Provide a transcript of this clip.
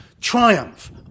triumph